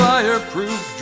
Fireproof